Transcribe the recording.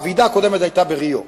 הוועידה הקודמת היתה בריו,